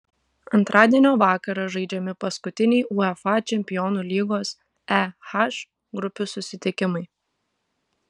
antradienio vakarą žaidžiami paskutiniai uefa čempionų lygos e h grupių susitikimai